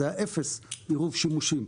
זה היה אפס עירוב שימושים.